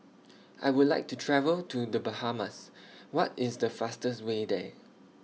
I Would like to travel to The Bahamas What IS The fastest Way There